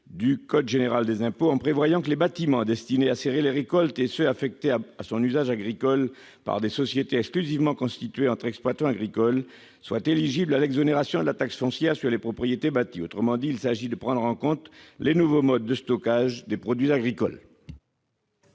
du code général des impôts : il s'agit de préciser que les bâtiments destinés à serrer les récoltes, ainsi que les bâtiments affectés à un usage agricole par les sociétés exclusivement constituées entre exploitants agricoles, sont éligibles à l'exonération de la taxe foncière sur les propriétés bâties. En d'autres termes, il convient de prendre en compte les nouveaux modes de stockage des produits agricoles.